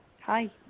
Hi